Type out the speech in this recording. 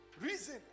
reason